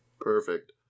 Perfect